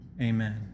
Amen